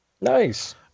Nice